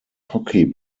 hockey